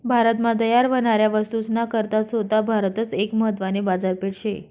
भारत मा तयार व्हनाऱ्या वस्तूस ना करता सोता भारतच एक महत्वानी बाजारपेठ शे